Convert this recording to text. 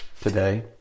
today